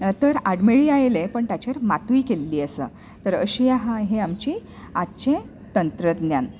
नातर आडमेळी आयले पण ताचेर मातूय केल्ली आसा तर अशे हे हा आमची आजचें तंत्रज्ञान